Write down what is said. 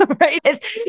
right